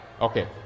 Okay